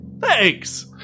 thanks